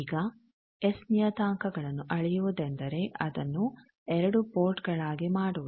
ಈಗ ಎಸ್ ನಿಯತಾಂಕಗಳನ್ನು ಅಳೆಯುವುದೆಂದರೆ ಅದನ್ನು 2 ಪೋರ್ಟ್ ಗಳಾಗಿ ಮಾಡುವುದು